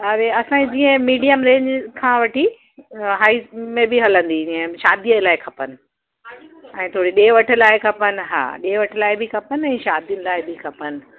अरे असांजी जीअं मीडियम रेंज खां वठी हाई में बि हलंदी जीअं शादीअ लाइ खपनि ऐं थोरी ॾिए वठ लाइ खपनि हा ॾिए वठ लाइ बि खपनि ऐं शादियुनि लाइ बि खपनि